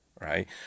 Right